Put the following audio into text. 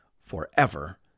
forever